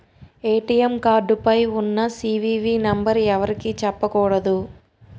ATM card పైన ఉన్న CVV number ఎవరికీ చెప్పకూడదు